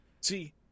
See